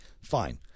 fine